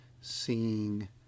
seeing